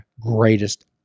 greatest